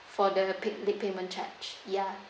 for the pay~ late payment charge yeah